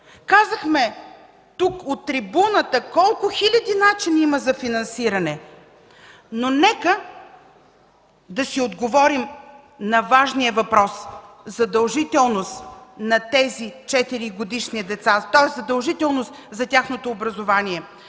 Казахме от трибуната колко хиляди начини има за финансиране. Нека да си отговорим на важния въпрос – задължителност на тези четиригодишни деца, тоест задължителност за тяхното образование.